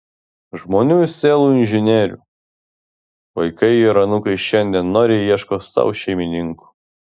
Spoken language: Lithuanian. žmonių sielų inžinierių vaikai ir anūkai šiandien noriai ieško sau šeimininkų